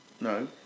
no